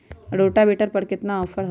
Rotavator पर केतना offer हव?